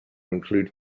include